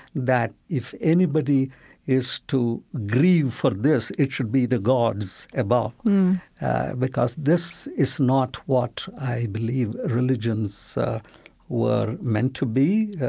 that if anybody is to grieve for this, it should be the gods above because this is not what i believe religions were meant to be.